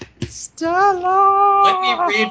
Stella